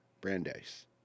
Brandeis